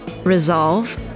Resolve